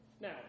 Now